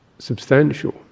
Substantial